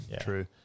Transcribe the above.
True